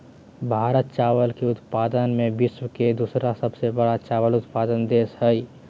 भारत चावल के उत्पादन में विश्व के दूसरा सबसे बड़ा चावल उत्पादक देश हइ